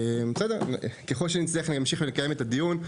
ככל שנצטרך, נמשיך ונקיים את הדיון,